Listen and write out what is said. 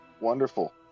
Wonderful